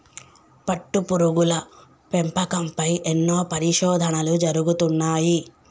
పట్టుపురుగుల పెంపకం పై ఎన్నో పరిశోధనలు జరుగుతున్నాయి